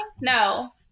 No